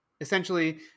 Essentially